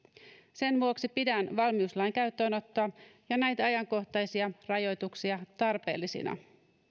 sen vuoksi pidän valmiuslain käyttöönottoa ja näitä ajankohtaisia rajoituksia tarpeellisina